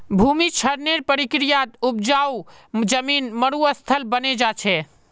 भूमि क्षरनेर प्रक्रियात उपजाऊ जमीन मरुस्थल बने जा छे